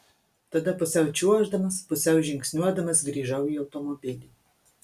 tada pusiau čiuoždamas pusiau žingsniuodamas grįžau į automobilį